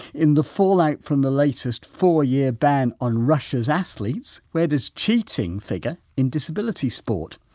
in the fallout from the latest four-year ban on russia's athletes where does cheating figure in disability sport?